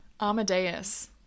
Amadeus